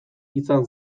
izan